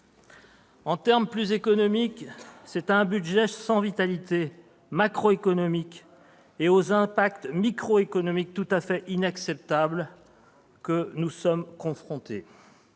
En termes plus économiques, c'est à un budget sans vitalité macroéconomique et aux impacts microéconomiques tout à fait inacceptables que nous sommes confrontés.